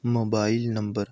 mobile number